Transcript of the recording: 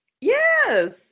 Yes